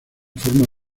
forma